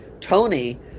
Tony